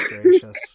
gracious